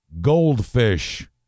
goldfish